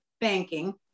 banking